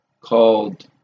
called